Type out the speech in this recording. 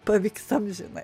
pavyks amžinai